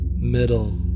Middle